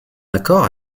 accord